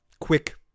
quick